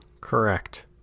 correct